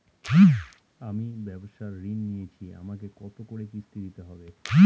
আমি ব্যবসার ঋণ নিয়েছি আমাকে কত করে কিস্তি দিতে হবে?